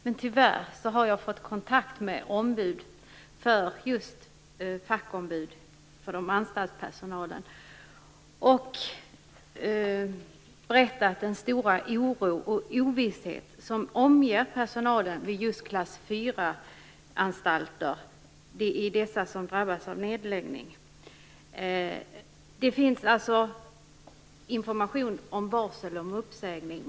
Men jag har varit i kontakt med just fackombud för anstaltspersonalen, som tyvärr har berättat om den stora oro och ovisshet som omger personalen vid just klass-fyraanstalter, vilka är de som drabbas av nedläggning. Man har fått information som innebär varsel om uppsägning.